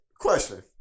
question